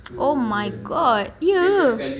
oh my god ya